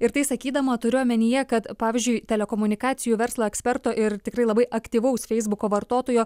ir tai sakydama turiu omenyje kad pavyzdžiui telekomunikacijų verslo eksperto ir tikrai labai aktyvaus feisbuko vartotojo